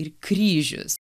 ir kryžius